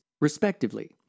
respectively